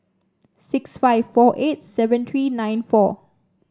six five four eight seven three nine four